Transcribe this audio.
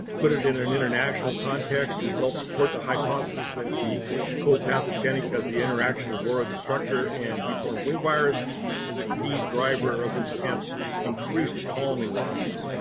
put it in in an international context, results support the hypothesis is that the co-pathogenic of the interaction of varroa destructor and deformed wing virus is a key driver of intense intense increased colony losses.